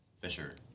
fisher